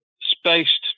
spaced